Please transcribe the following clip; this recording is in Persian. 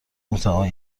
میتوان